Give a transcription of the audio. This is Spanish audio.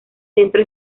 centro